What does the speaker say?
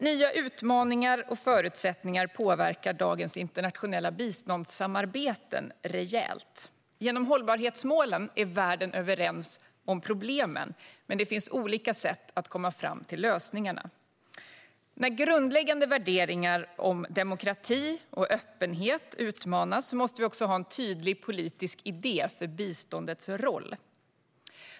Nya utmaningar och förutsättningar påverkar dagens internationella biståndssamarbete rejält. Genom hållbarhetsmålen är världen överens om vad som är problemen, men det finns olika sätt att komma fram till lösningarna. När grundläggande värderingar om demokrati och öppenhet utmanas måste vi också ha en tydlig politisk idé om biståndets roll.